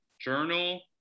journal